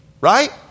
Right